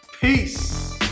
Peace